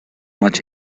much